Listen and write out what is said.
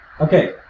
Okay